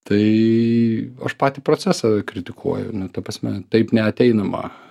tai aš patį procesą kritikuoju nu ta prasme taip neateinama